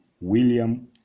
William